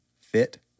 fit